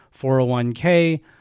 401k